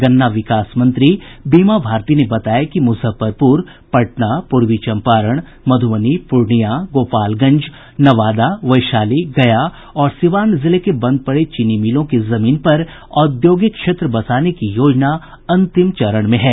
गन्ना विकास मंत्री बीमा भारती ने बताया कि मुजफ्फरपुर पटना पूर्वी चम्पारण मध्यबनी पूर्णियां गोपालगंज नवादा वैशाली गया और सीवान जिले के बंद पड़े चीनी मिलों की जमीन पर औद्योगिक क्षेत्र बसाने की योजना अंतिम चरण में है